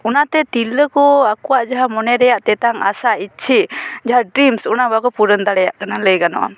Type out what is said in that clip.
ᱚᱱᱟᱛᱮ ᱛᱤᱨᱞᱟᱹ ᱠᱚ ᱟᱠᱚᱣᱟᱜ ᱡᱟᱦᱟᱸ ᱢᱚᱱᱮᱨᱮᱭᱟᱜ ᱛᱮᱛᱟᱝ ᱟᱥᱟ ᱤᱪᱪᱷᱮ ᱡᱟᱦᱟᱸ ᱰᱨᱤᱢᱥ ᱚᱱᱟ ᱵᱟᱠᱚ ᱯᱩᱨᱩᱱ ᱫᱟᱲᱮᱭᱟᱜ ᱠᱟᱱᱟ ᱞᱟᱹᱭ ᱜᱟᱱᱚᱜᱼᱟ